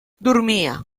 dormia